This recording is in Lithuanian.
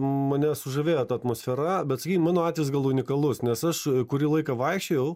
mane sužavėjo ta atmosfera bet sakykim mano atvejis gal unikalus nes aš kurį laiką vaikščiojau